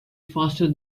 faster